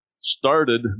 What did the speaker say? started